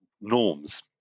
norms